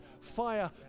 fire